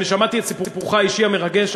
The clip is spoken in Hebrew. אני שמעתי גם את סיפורך האישי המרגש.